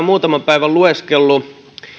muutaman päivän lueskellut